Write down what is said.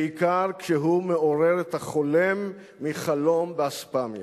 בעיקר כשהוא מעורר את החולם מחלום באספמיה.